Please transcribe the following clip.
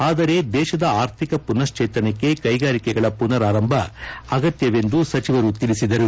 ಆದರೆ ದೇಶದ ಅರ್ಥಿಕ ಮನಶ್ವೇತನಕ್ಕೆ ಕೈಗಾರಿಗಳ ಮನರಾರಂಭ ಅಗತ್ತವೆಂದು ಸಚಿವರು ತಿಳಿಸಿದರು